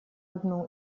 одну